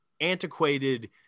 antiquated